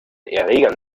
erregern